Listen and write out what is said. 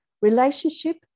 Relationship